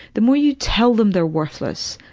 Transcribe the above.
the more you tell them they're worthless,